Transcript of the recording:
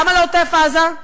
למה לעוטף-עזה?